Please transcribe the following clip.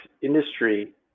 industry